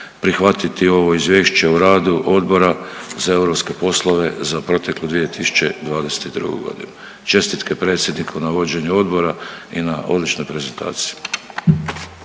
prihvatiti ovo izvješće o radu Odbora za europske poslove za proteklu 2022. godinu. Čestitke predsjedniku na vođenju odbora i na odličnoj prezentaciji.